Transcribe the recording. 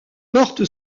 porte